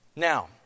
Now